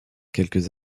quelques